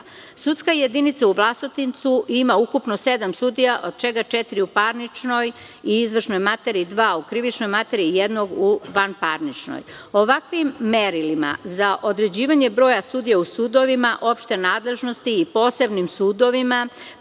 Sudska jedinica u Vlasotincu ima ukupno sedam sudija, od čega četiri u parničnoj i izvršnoj materiji, dva u krivičnoj materiji i jednog u vanparničnoj. Ovakvim merilima za određivanje broja sudija u sudovima opšte nadležnosti i posebnim sudovima